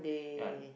ya